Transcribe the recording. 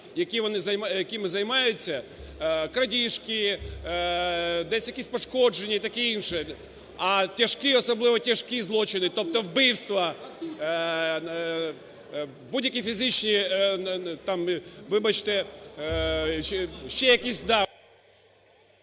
вони займаються: крадіжки, десь якісь пошкодження і таке інше. А тяжкі і особливо тяжкі злочини, тобто вбивства, будь-які фізичні, там, вибачте, ще якісь,